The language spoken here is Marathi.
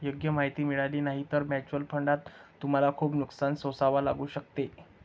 योग्य माहिती मिळाली नाही तर म्युच्युअल फंडात तुम्हाला खूप नुकसान सोसावे लागू शकते